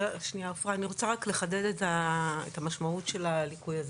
אני רוצה לחדד את המשמעות של הליקוי הזה.